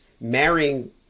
marrying